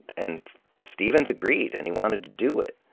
and stevens agreed and he wanted to do it,